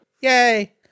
Yay